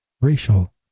racial